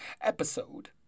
episode